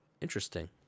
Interesting